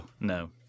No